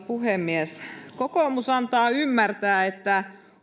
puhemies kokoomus antaa ymmärtää että